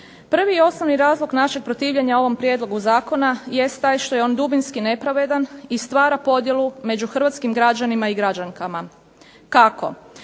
Prvi i osnovni razlog našeg protivljenja ovom prijedlogu zakona jest taj što je on dubinski nepravedan i stvara podjelu među hrvatskim građanima i građankama. Kako?